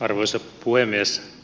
arvoisa puhemies